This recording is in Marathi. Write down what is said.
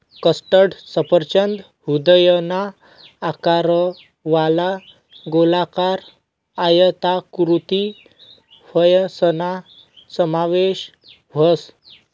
कस्टर्ड सफरचंद हृदयना आकारवाला, गोलाकार, आयताकृती फयसना समावेश व्हस